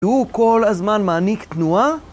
הוא כל הזמן מעניק תנועה?